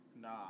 Nah